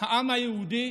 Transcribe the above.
העם היהודי